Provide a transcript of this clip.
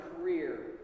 career